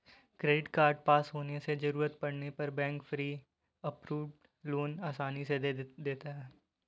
credit card पास होने से जरूरत पड़ने पर बैंक प्री अप्रूव्ड लोन आसानी से दे देता है